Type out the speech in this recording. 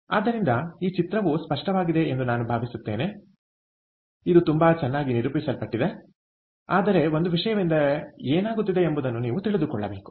ಆದ್ದರಿಂದ ಈ ಚಿತ್ರವು ಸ್ಪಷ್ಟವಾಗಿದೆ ಎಂದು ನಾನು ಭಾವಿಸುತ್ತೇನೆ ಇದು ತುಂಬಾ ಚೆನ್ನಾಗಿ ನಿರೂಪಿಸಲ್ಪಟ್ಟಿದೆ ಆದರೆ ಒಂದು ವಿಷಯವೆಂದರೆ ಏನಾಗುತ್ತಿದೆ ಎಂಬುದನ್ನು ನೀವು ತಿಳಿದುಕೊಳ್ಳಬೇಕು